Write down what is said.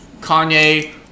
Kanye